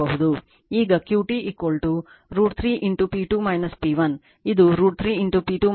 ಈಗ QT √ 3 P2 P1 ಇದು √ 3 P2 P1 497